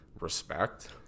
respect